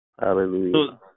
Hallelujah